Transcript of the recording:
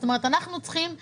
אנחנו צריכים לדעת,